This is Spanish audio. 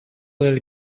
del